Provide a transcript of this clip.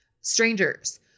strangers